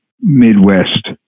Midwest